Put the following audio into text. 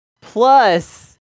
plus